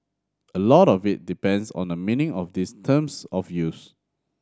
a lot of it depends on the meaning of these terms of use